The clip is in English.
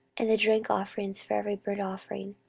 and the drink offerings for every burnt offering.